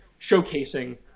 showcasing